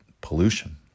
pollution